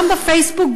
גם בפייסבוק,